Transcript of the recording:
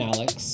Alex